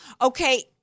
Okay